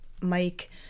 Mike